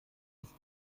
ist